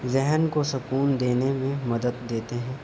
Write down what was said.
ذہن کو سکون دینے میں مدد دیتے ہیں